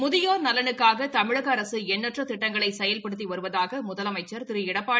முதியோர் நலனுக்காக தமிழக அரசு எண்ணற்ற திட்டங்களை செயல்படுத்தி வருவதாக முதலமைச்ச் திரு எடப்பாடி